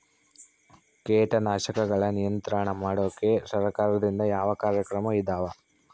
ಕೇಟನಾಶಕಗಳ ನಿಯಂತ್ರಣ ಮಾಡೋಕೆ ಸರಕಾರದಿಂದ ಯಾವ ಕಾರ್ಯಕ್ರಮ ಇದಾವ?